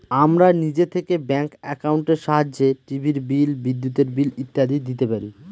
আমরা নিজে থেকে ব্যাঙ্ক একাউন্টের সাহায্যে টিভির বিল, বিদ্যুতের বিল ইত্যাদি দিতে পারি